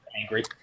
angry